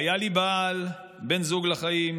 והיה לי בעל, בן זוג לחיים.